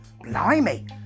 Blimey